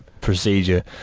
procedure